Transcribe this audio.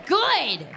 good